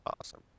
awesome